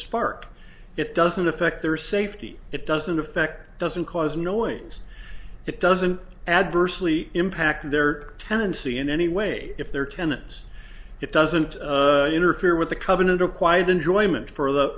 sparked it doesn't affect their safety it doesn't affect doesn't cause knowings it doesn't adversely impact their tenancy in any way if they're tenants it doesn't interfere with the covenant of quiet enjoyment for the